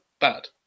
bad